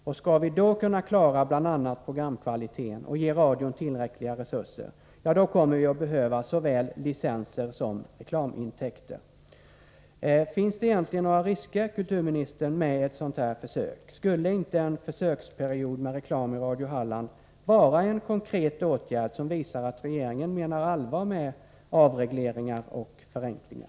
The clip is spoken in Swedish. Och skall vi då kunna klara bl.a. programkvaliteten och kunna ge radion tillräckliga resurser, kommer vi att behöva såväl licenser som reklamintäkter. Finns det egentligen några risker, kulturministern, med ett sådant här försök? Skulle inte en försöksperiod med reklam i Radio Halland vara en konkret åtgärd som visar att regeringen menar allvar med talet om avregleringar och förenklingar?